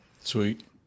Sweet